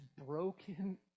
broken